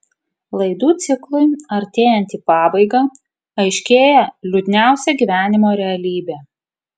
laidų ciklui artėjant į pabaigą aiškėja liūdniausia gyvenimo realybė